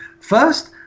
First